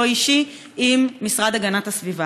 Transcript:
חודשיים.